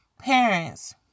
Parents